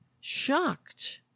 shocked